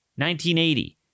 1980